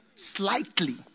slightly